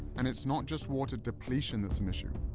and it's not just water depletion that's an issue,